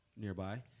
nearby